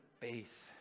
faith